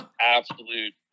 absolute